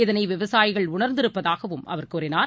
இதனைவிவசாயிகள் உணர்ந்திருப்பதாகவும் அவர் கூறினார்